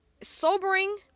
sobering